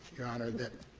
your honor, that